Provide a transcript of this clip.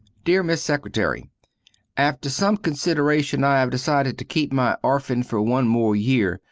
deer miss secretary after some consideration i have decided to keep my orfan fer one more yere.